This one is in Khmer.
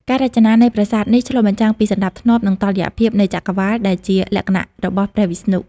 ការរចនានៃប្រាសាទនេះឆ្លុះបញ្ចាំងពីសណ្តាប់ធ្នាប់ និងតុល្យភាពនៃចក្រវាឡ ដែលជាលក្ខណៈរបស់ព្រះវិស្ណុ។